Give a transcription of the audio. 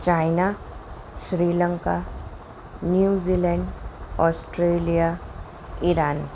China Sri Lanka New Zealand Australia Iran